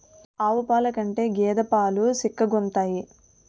ఆవు పాలు కంటే గేద పాలు సిక్కగుంతాయి